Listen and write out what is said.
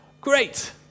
Great